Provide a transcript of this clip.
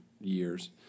years